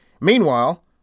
Meanwhile